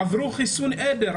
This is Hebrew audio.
עברו חיסון עדר?